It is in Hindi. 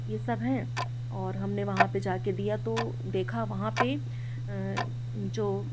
ये सब है और हमने वहाँ पर जाकर दिया तो देखा वहाँ पर जो